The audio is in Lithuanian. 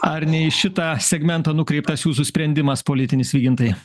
ar ne į šitą segmentą nukreiptas jūsų sprendimas politinis vygintai